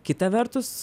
kita vertus